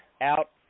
out